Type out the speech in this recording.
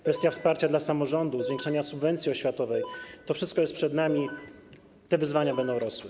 Kwestia wsparcia dla samorządu, zwiększenia subwencji oświatowej - to wszystko jest przed nami, te wyzwania będą rosły.